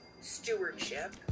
stewardship